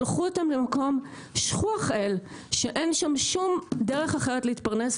שלחו אותם למקום שכוח-אל שאין שם שום דרך אחרת להתפרנס,